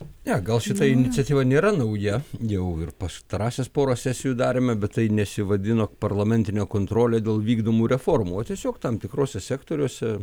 ne gal šita iniciatyva nėra nauja jau ir pastarąsias porą sesijų darėme bet tai nesivadino parlamentine kontrole dėl vykdomų reformų o tiesiog tam tikruose sektoriuose